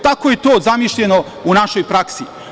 Tako je to zamišljeno u našoj praksi.